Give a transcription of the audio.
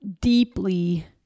deeply